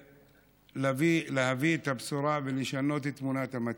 ולהביא את הבשורה ולשנות את תמונת המצב,